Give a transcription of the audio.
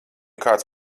kāds